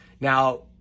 Now